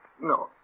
No